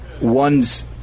one's